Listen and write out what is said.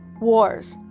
wars